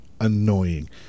annoying